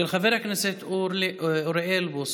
מס' 1018, של חבר הכנסת אוריאל בוסו.